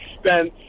expense